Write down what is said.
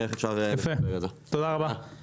נמצא איתנו בזום אריק קליינשטיין.